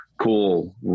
cool